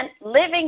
living